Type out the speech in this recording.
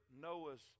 Noah's